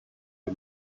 few